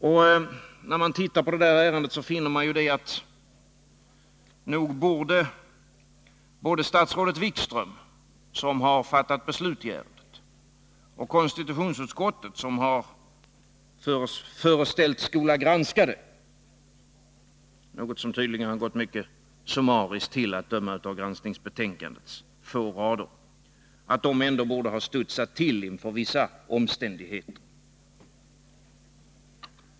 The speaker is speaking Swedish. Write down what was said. Efter att ha tittat på det ärendet, kan man konstatera att nog borde statsrådet Wikström, som har fattat beslut i ärendet, och konstitutionsutskottet, som har haft att granska detsamma — något som tydligen har gått mycket summariskt till, att döma av granskningsbetänkandets fåtaliga rader — ha studsat till inför vissa omständigheter.